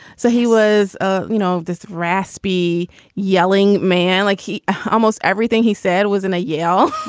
so he was, ah you know, this raspy yelling man like he almost everything he said was in a yell,